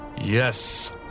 Yes